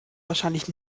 wahrscheinlich